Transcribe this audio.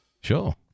Sure